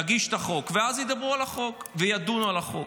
תגיש את החוק, ואז ידברו על החוק וידונו על החוק.